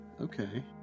okay